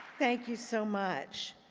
thank you so much.